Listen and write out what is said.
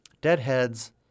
Deadheads